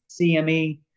CME